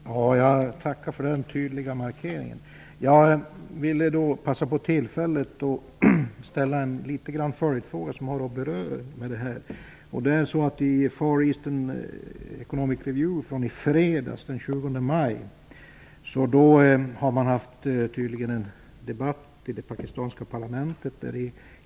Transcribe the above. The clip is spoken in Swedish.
Fru talman! Jag tackar för den tydliga markeringen. Jag vill passa på att ställa en följdfråga som berör detta. 20 maj -- kan man finna att det tydligen har förekommit en debatt i det pakistanska parlamentet.